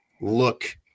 look